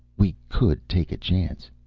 we could take a chance.